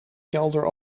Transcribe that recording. kelder